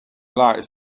likes